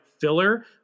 filler